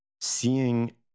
seeing